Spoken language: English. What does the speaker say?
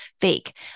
fake